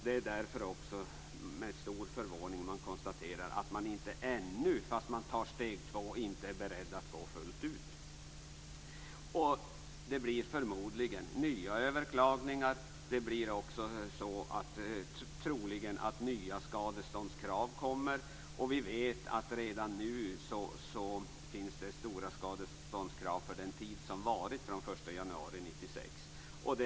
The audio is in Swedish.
Det är därför också med stor förvåning jag konstaterar att man inte ännu, fast man tar steg 2, är beredd att gå fullt ut. Det blir förmodligen nya överklagningar. Troligen kommer också nya skadeståndskrav. Vi vet att det redan nu finns stora skadeståndskrav för den tid som gått från den 1 januari 1996.